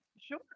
Sure